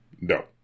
No